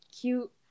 cute